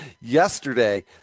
yesterday